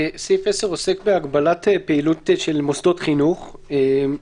אין די בהגבלות לפי פסקאות (2) עד (10)